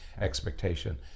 expectation